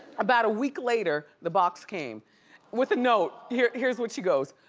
about a week later, the box came with a note. here's here's what she goes.